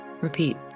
Repeat